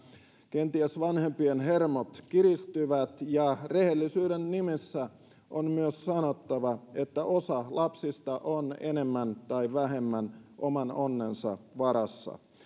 kenties vanhempien hermot kiristyvät ja rehellisyyden nimissä on myös sanottava että osa lapsista on enemmän tai vähemmän oman onnensa varassa